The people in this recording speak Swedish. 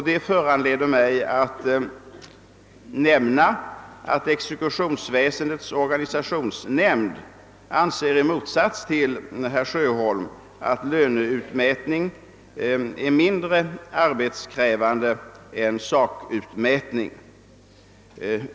Det föranleder mig att nämna, att exekutionsväsendets organisationsnämnd i motsats till herr Sjöholm anser att löneutmätning är mindre arbetskrävande än sakutmätning.